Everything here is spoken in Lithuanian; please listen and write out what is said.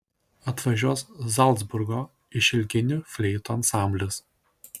atvažiuos zalcburgo išilginių fleitų ansamblis